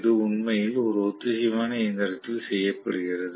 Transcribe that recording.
இது உண்மையில் ஒரு ஒத்திசைவான இயந்திரத்தில் செய்யப்படுகிறது